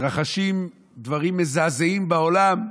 מתרחשים דברים מזעזעים בעולם,